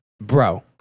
Bro